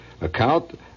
account